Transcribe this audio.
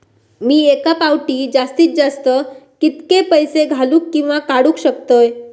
मी एका फाउटी जास्तीत जास्त कितके पैसे घालूक किवा काडूक शकतय?